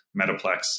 Metaplex